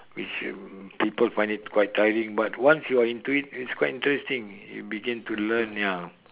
which uh people find it quite tiring but once you are in trip it's quite interesting you begin to learn ya